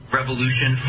revolution